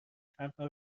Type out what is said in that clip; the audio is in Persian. تنها